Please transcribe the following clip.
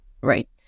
right